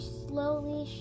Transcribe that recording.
slowly